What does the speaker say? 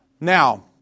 Now